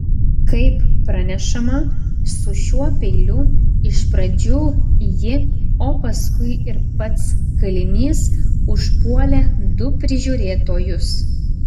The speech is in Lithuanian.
kaip pranešama su šiuo peiliu iš pradžių ji o paskui ir pats kalinys užpuolė du prižiūrėtojus